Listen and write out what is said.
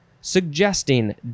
suggesting